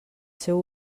seu